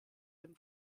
dem